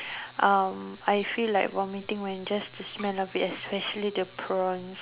um I feel like vomiting when just the smell of it especially the prawns